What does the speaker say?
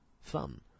fun